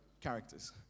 characters